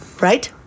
Right